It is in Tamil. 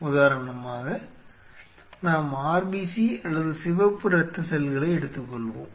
உதாரணமாக நாம் RBC அல்லது சிவப்பு இரத்த செல்களை எடுத்துக்கொள்வோம்